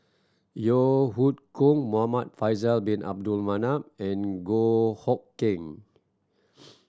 Yeo Hoe Koon Muhamad Faisal Bin Abdul Manap and Goh Hood Keng